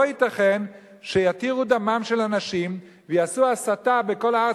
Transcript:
לא ייתכן שיתירו דמם של אנשים ויעשו הסתה בכל הארץ.